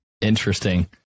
Interesting